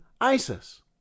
ISIS